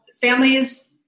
families